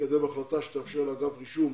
ולקדם החלטה שתאפשר לאגף רישום